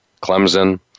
Clemson